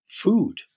food